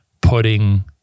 putting